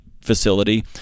facility